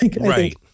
Right